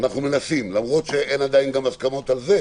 ואנחנו מנסים, למרות שעדיין אין הסכמות גם על זה,